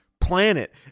planet